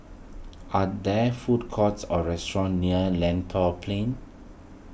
are there food courts or restaurants near Lentor Plain